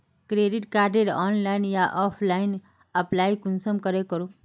Credit कार्डेर online या offline apply कुंसम करे करूम?